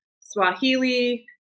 Swahili